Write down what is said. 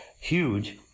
huge